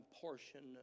portion